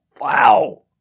Wow